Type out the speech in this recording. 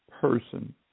person